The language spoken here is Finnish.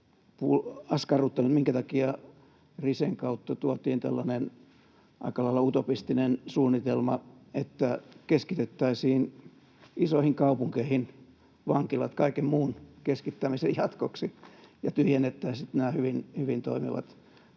minkä takia Risen kautta tuotiin tällainen aika lailla utopistinen suunnitelma, että keskitettäisiin isoihin kaupunkeihin vankilat kaiken muun keskittämisen jatkoksi ja tyhjennettäisiin nämä hyvin toimivat